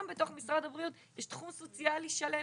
גם בתוך משרד הבריאות יש תחום סוציאלי שלם,